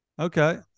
Okay